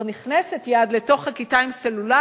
זאת אומרת נכנסת יד לתוך הכיתה עם סלולרי: